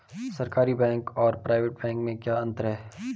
सरकारी बैंक और private bank में क्या क्या अंतर हैं?